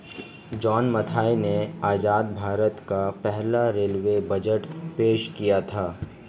John Mathai ने आजाद भारत का पहला रेलवे बजट पेश किया था